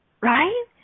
Right